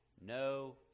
no